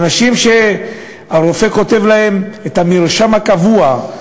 אנשים שהרופא כותב להם את המרשם הקבוע,